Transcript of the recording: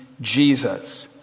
Jesus